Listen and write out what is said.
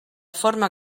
forma